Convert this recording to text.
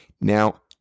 Now